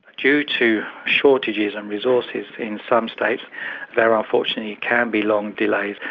due to shortages and resources in some states there unfortunately can be long delays.